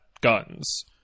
guns